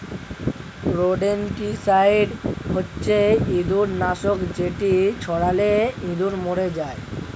rodenticide হচ্ছে ইঁদুর নাশক যেটি ছড়ালে ইঁদুর মরে যায়